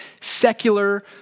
secular